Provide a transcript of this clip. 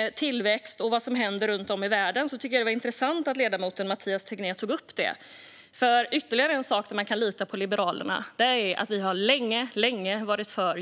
upp tillväxt och vad som händer runt om i världen. Euron är nämligen ytterligare en sak där man kan lita på Liberalerna. Vi har under väldigt lång tid varit för